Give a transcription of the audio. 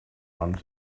one